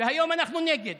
והיום אנחנו נגד.